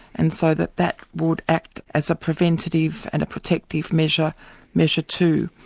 and so that that would act as a preventative and a protective measure measure too.